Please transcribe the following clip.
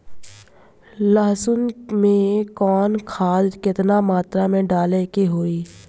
लहसुन में कवन खाद केतना मात्रा में डाले के होई?